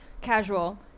casual